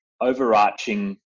overarching